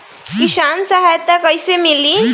किसान सहायता कईसे मिली?